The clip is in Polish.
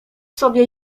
sobie